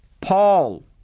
Paul